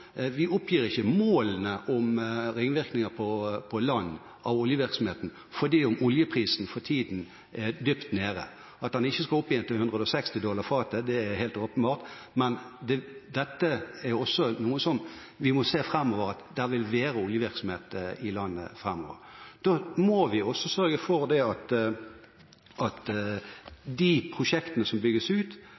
Vi oppgir ikke målene om ringvirkninger på land av oljevirksomheten fordi om oljevirksomheten for tiden er dypt nede. At en ikke skal opp igjen til 160 dollar fatet, er helt åpenbart, men vi må se at det vil være oljevirksomhet i landet framover. Da må vi også sørge for at de prosjektene som bygges ut,